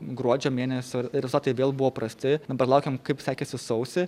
gruodžio mėnesio rezultatai vėl buvo prasti dabar laukiam kaip sekėsi sausį